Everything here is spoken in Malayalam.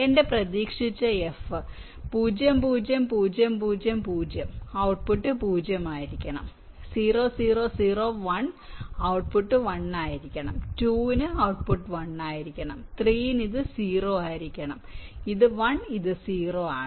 എന്റെ പ്രതീക്ഷിച്ച എഫ് 0 0 0 0 0 ഔട്ട്പുട്ട് 0 ആയിരിക്കണം 0 0 0 1 ഔട്ട്പുട്ട് 1 ആയിരിക്കണം 2 ന് 1 ആയിരിക്കണം 3 ഇത് 0 ആയിരിക്കണം ഇത് 1 ഇത് 0 ആണ്